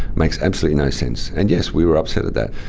makes absolutely no sense. and yes we were upset at that.